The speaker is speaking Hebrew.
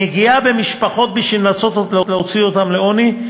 נגיעה במשפחות בשביל לנסות להוציא אותן מעוני.